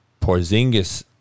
Porzingis